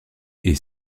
est